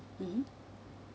mmhmm